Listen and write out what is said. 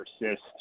persist